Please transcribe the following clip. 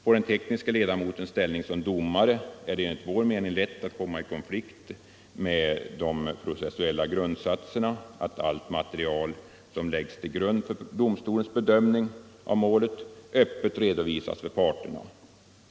Om den tekniske ledamoten får ställning som domare är det enligt vår mening lätt att komma i konflikt med den processuella grundsatsen att allt material som läggs till grund för domstolens bedömning av målet öppet redovisas för parterna.